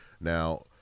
Now